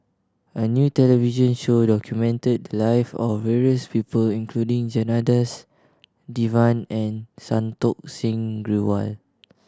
a new television show documented the live of various people including Janadas Devan and Santokh Singh Grewal